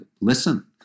listen